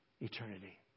eternity